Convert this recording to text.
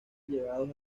llevados